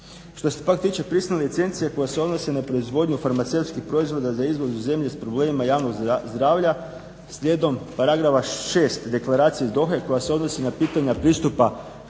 Što se pak tiče … licencije koje se odnose na proizvodnju farmaceutskih proizvoda za izvoz u zemlje s problemima javnog zdravlja slijedom … 6 Deklaracije iz Dohe koja se odnosi na pitanja pristupa